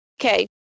okay